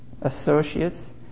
associates